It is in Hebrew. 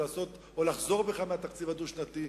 או לחזור בך מהתוכנית הדו-שנתית.